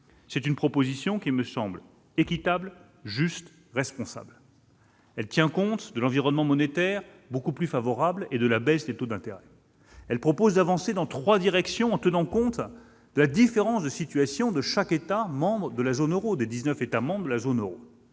Cette proposition me semble équitable, juste et responsable. Elle tient compte de l'environnement monétaire, beaucoup plus favorable, et de la baisse des taux d'intérêt. Elle prévoit d'avancer dans trois directions, en tenant compte des différences de situation qui existent entre les dix-neuf États membres de la zone euro.